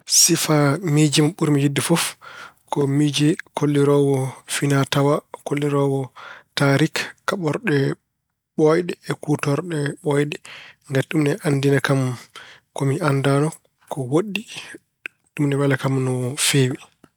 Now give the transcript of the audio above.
Sifaa miise ɓurmi yiɗde fof ko miise kolliroowo finaa-tawaa, kolliroowo taariik, kaɓorɗe ɓooyɗe e kuutorɗe ɓooyɗe. Ngati ɗum ina anndina kam ko mi anndaano, ko woɗɗi. Ɗum ina wela kam no feewi.